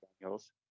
Daniels